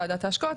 ועדת ההשקעות,